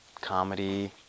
comedy